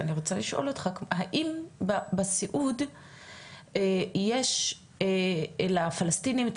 אני רוצה לשאול אותך האם בסיעוד יש לפלסטינים את